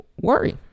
worry